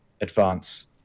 advance